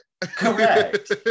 correct